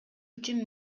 үчүн